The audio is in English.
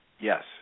Yes